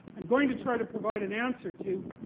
i'm going to try to provide an answer to,